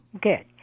Good